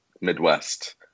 Midwest